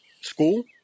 school